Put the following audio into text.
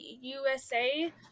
USA